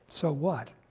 so what?